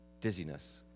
Dizziness